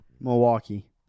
Milwaukee